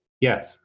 Yes